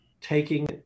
taking